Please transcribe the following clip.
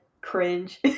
cringe